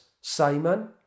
Simon